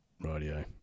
radio